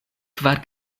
kvar